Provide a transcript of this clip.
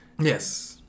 yes